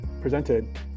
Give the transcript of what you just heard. presented